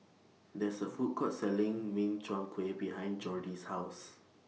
There IS A Food Court Selling Min Chiang Kueh behind Jordy's House